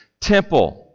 Temple